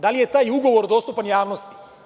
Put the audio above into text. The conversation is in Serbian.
Da li taj ugovor dostupan javnosti?